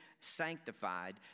sanctified